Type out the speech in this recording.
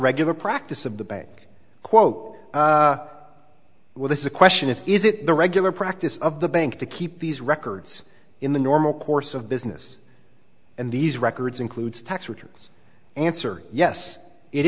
regular practice of the bank quote well this is a question is is it the regular practice of the bank to keep these records in the normal course of business and these records includes tax returns answer yes it